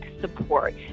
support